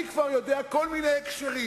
אני כבר יודע כל מיני הקשרים.